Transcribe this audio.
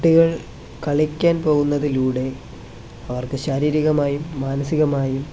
കുട്ടികൾ കളിക്കാൻ പോകുന്നതിലൂടെ അവർക്ക് ശാരീരികമായും മാനസികമായും